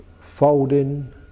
folding